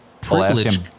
privilege